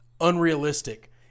unrealistic